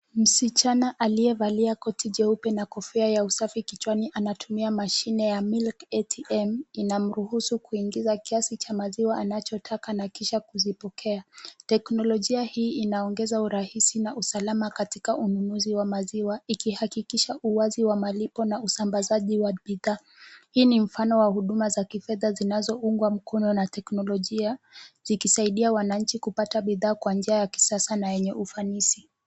Msichana aliyevalia koti jeupe na kofia ya usafi kichwani anatumia mashini ya Milk ATM , inamruhusu kuingiza kiasi cha maziwa anachotaka na kisha kuzipokea. Teknolojia hii inaongeza urahisi na usalama katika ununuzi wa maziwa ikihakikisha uwazi wa malipo na usambazaji wa bidhaa. Hii ni mfano wa huduma za kifedha zinazoungwa mkono na teknolojia, zikisaidia wananchi kupata bidhaa kwa njia ya kisasa na yenye ufanisi.